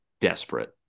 desperate